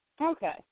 Okay